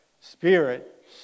spirit